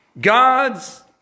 God's